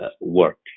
work